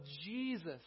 Jesus